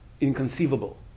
inconceivable